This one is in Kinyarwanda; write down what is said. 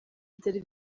byari